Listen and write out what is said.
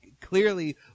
clearly